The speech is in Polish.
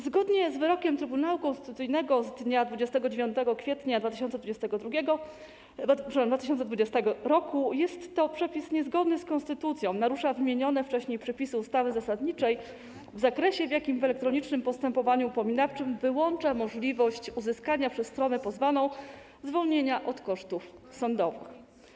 Zgodnie z wyrokiem Trybunału Konstytucyjnego z dnia 29 kwietnia 2020 r. jest to przepis niezgodny z konstytucją, narusza wymienione wcześniej przepisy ustawy zasadniczej w zakresie, w jakim w elektronicznym postępowaniu upominawczym wyłącza możliwość uzyskania przez stronę pozwaną zwolnienia od kosztów sądowych.